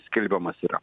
skelbiamas yra